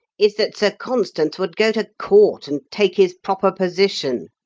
is that sir constans would go to court, and take his proper position.